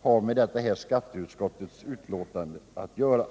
har med detta skatteutskottets betänkande att göra.